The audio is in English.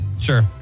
Sure